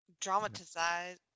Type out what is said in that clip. dramatize